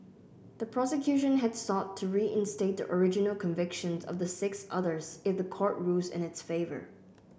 the prosecution had sought to reinstate the original convictions of the six others if the court rules in its favour